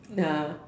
ah